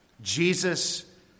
Jesus